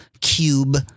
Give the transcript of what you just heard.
cube